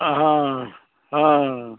अहाँ हँ